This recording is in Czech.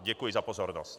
Děkuji za pozornost.